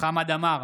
חמד עמאר,